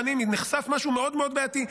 נחשף משהו מאוד מאוד בעייתי.